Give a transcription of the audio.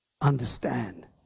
understand